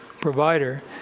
provider